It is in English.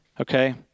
okay